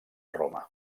roma